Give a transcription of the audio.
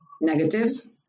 negatives